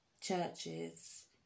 churches